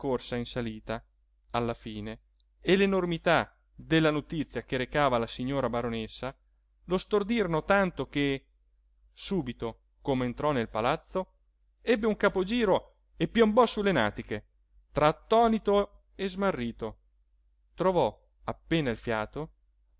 corsa in salita alla fine e l'enormità della notizia che recava alla signora baronessa lo stordirono tanto che subito com'entrò nel palazzo ebbe un capogiro e piombò sulle natiche tra attonito e smarrito trovò appena il fiato